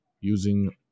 using